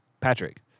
Patrick